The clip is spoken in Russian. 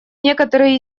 некоторые